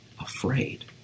afraid